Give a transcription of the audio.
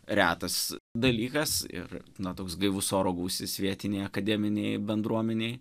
retas dalykas ir na toks gaivus oro gūsis vietinei akademinei bendruomenei